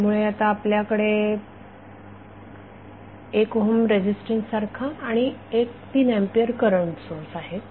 त्यामुळे आता आपल्याकडे 1 ओहम रेझीस्टन्स सारखा आणि एक 3 एंपियर करंट सोर्स आहे